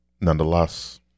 nonetheless